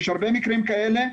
יש הרבה מקרים כאלה,